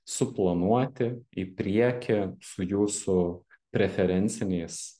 suplanuoti į priekį su jūsų preferenciniais